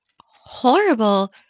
horrible